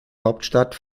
hauptstadt